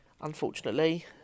Unfortunately